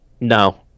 No